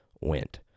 went